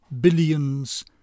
billions